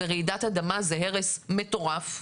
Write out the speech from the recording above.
ורעידת אדמה זה הרס מטורף.